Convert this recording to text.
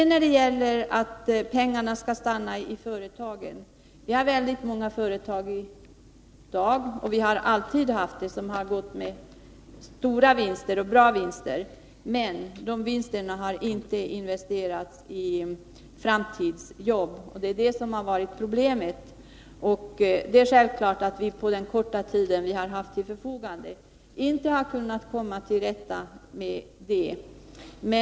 När det gäller att få pengarna att stanna kvar i företagen, vill jag säga att vi har väldigt många företag i dag som går med stora vinster, det har vi alltid haft. Men dessa vinster har inte investerats i framtidsjobb. Det är det som har varit problemet. Självfallet har vi inte under den korta tid som vi har haft till förfogande kunnat komma till rätta med det problemet.